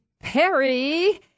Perry